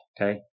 Okay